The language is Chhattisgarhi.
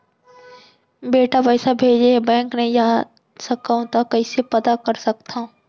बेटा पइसा भेजे हे, बैंक नई जाथे सकंव त कइसे पता कर सकथव?